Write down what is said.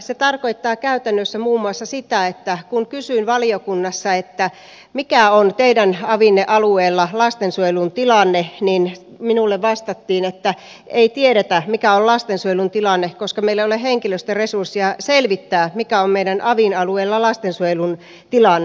se tarkoittaa käytännössä muun muassa sitä että kun kysyin valiokunnassa mikä on teidän avinne alueella lastensuojelun tilanne niin minulle vastattiin että ei tiedetä mikä on lastensuojelun tilanne koska meillä ei ole henkilöstöresursseja selvittää mikä on meidän avimme alueella lastensuojelun tilanne